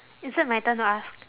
is it my turn to ask